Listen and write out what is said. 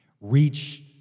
reach